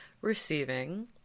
receiving